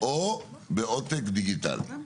או בעותק דיגיטלי,